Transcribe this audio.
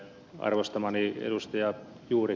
arvostamani ed